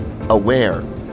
aware